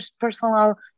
personal